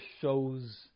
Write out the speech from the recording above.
shows